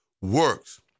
works